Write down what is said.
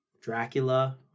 Dracula